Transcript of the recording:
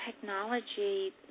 technology